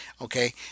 okay